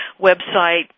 website